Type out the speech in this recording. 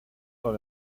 par